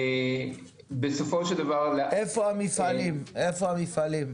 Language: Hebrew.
איפה המפעלים?